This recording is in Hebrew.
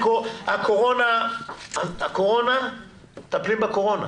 הקורונה - מטפלים בקורונה,